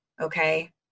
Okay